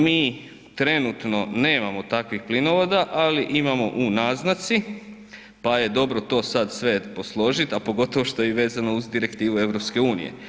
Mi trenutno nemamo takvih plinovoda, ali imamo u naznaci pa je dobro to sad sve posložiti, a pogotovo što je vezano i uz Direktivu EU.